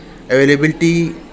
Availability